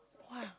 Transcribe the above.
!wah!